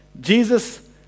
Jesus